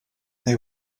they